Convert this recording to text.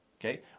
okay